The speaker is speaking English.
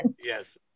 yes